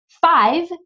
five